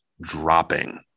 dropping